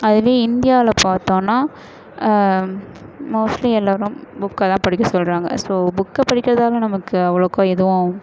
அதுவே இந்தியாவில் பார்த்தோன்னா மோஸ்ட்லி எல்லோரும் புக்கை தான் படிக்க சொல்றாங்க ஸோ புக்கை படிக்கிறதால நமக்கு அவ்வளோக்கு எதுவும்